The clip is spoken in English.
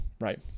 right